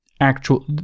actual